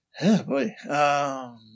Boy